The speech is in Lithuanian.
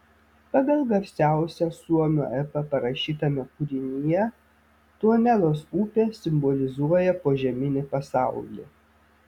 pagal garsiausią suomių epą parašytame kūrinyje tuonelos upė simbolizuoja požeminį pasaulį